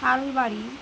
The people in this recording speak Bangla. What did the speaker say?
আলুবাড়ি